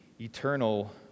eternal